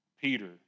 Peter